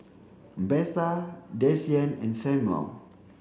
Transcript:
Betha Desean and Samual